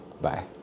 Bye